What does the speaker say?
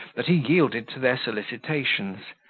that he yielded to their solicitations,